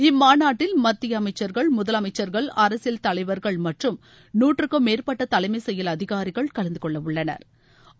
இம்மாநாட்டில் மத்தியஅமைச்சர்கள் முதலமைச்சர்கள் அரசியல் தலைவர்கள் மற்றும் நூற்றுக்கும் மேற்பட்டதலைமை செயல் அதிகாரிகள் கலந்துகொள்ளஉள்ளனா்